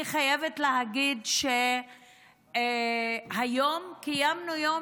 אני חייבת להגיד שהיום קיימנו יום,